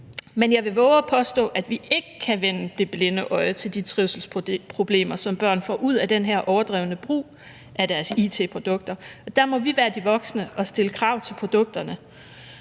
men jeg vil vove at påstå, at vi ikke kan vende det blinde øje til de trivselsproblemer, som børn får ud af den her overdrevne brug af deres it-produkter. Der må vi være de voksne og stille krav til produkterne,